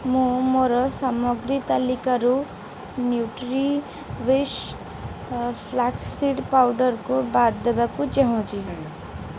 ମୁଁ ମୋର ସାମଗ୍ରୀ ତାଲିକାରୁ ନ୍ୟୁଟ୍ରିୱିଶ୍ ଫ୍ଲାକ୍ସ୍ ସୀଡ଼୍ ପାଉଡ଼ର୍କୁ ବାଦ୍ ଦେବାକୁ ଚାହୁଁଛି